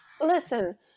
Listen